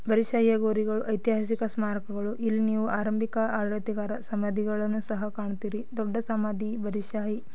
ಬರೀದ್ ಶಾಹಿಯ ಗೋರಿಗಳು ಐತಿಹಾಸಿಕ ಸ್ಮಾರಕಗಳು ಇಲ್ಲಿ ನೀವು ಆರಂಭಿಕ ಆಡಳಿತಗಾರ ಸಮಾಧಿಗಳನ್ನು ಸಹ ಕಾಣುತ್ತೀರಿ ದೊಡ್ಡ ಸಮಾಧಿ ಬರೀದ್ ಶಾಹಿ